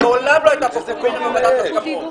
מעולם לא היתה קומבינה בוועדת ההסכמות.